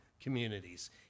communities